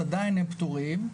אז עדיין הם פטורים.